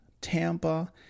Tampa